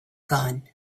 gun